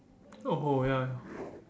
oh ya ya